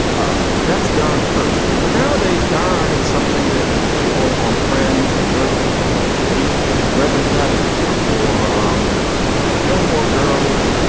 that's darren at first but nowadays darren is something that you know the people on friends or thirty something what a dated reference that is or um the gilmore girls.